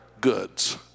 goods